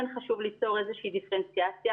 כן חשוב ליצור איזושהי דיפרנציאציה.